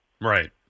Right